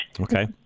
Okay